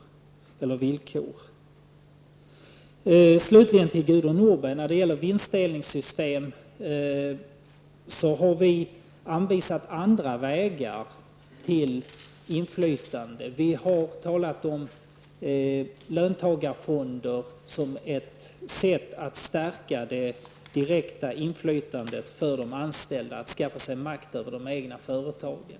Slutligen vill jag säga till Gudrun Norberg att när det gäller vinstdelningssystemet har vi anvisat andra vägar till inflytande. Vi har talat om löntagarfonder som ett sätt att stärka det direkta inflytandet för de anställda och som ett sätt för dem att skaffa sig makt över de egna företagen.